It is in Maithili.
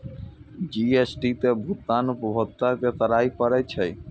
जी.एस.टी के भुगतान उपभोक्ता कें करय पड़ै छै